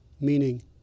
meaning